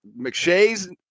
McShay's